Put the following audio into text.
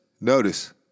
notice